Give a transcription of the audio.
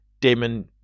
Damon